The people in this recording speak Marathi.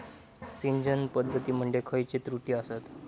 सिंचन पद्धती मध्ये खयचे त्रुटी आसत?